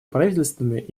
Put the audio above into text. правительствами